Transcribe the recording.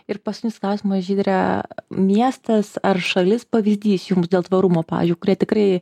ir paskutinis klausimas žydre miestas ar šalis pavyzdys jums dėl tvarumo pavyzdžiui kurie tikrai